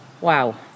Wow